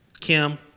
Kim